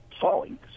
falling